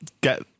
get